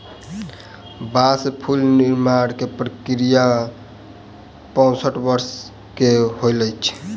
बांस से फूल निर्माण के प्रक्रिया पैसठ वर्ष के होइत अछि